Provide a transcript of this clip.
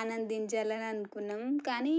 ఆనందించాలని అనుకున్నాము కానీ